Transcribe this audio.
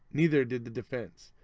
neither did the defense.